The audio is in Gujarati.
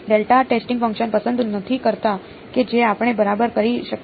ડેલ્ટા ટેસ્ટિંગ ફંક્શન પસંદ નથી કરતા કે જે આપણે બરાબર કરી શકીએ